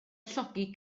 llogi